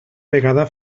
vegada